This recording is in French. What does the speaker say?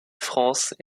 france